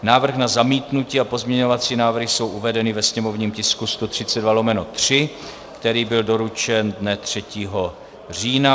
Návrh na zamítnutí a pozměňovací návrhy jsou uvedeny ve sněmovním tisku 132/3, který byl doručen dne 3. října.